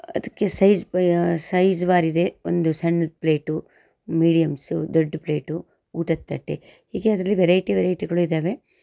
ಅದಕ್ಕೆ ಸೈಝ್ ಬ ಸೈಝ್ ಬಾರಿದೆ ಒಂದು ಸಣ್ಣದು ಪ್ಲೇಟು ಮೀಡಿಯಮ್ಸು ದೊಡ್ಡ ಪ್ಲೇಟು ಊಟದ ತಟ್ಟೆ ಹೀಗೆ ಅದರಲ್ಲಿ ವೆರೈಟಿ ವೆರೈಟಿಗಳು ಇದ್ದಾವೆ